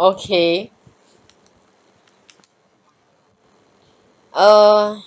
okay err